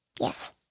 Yes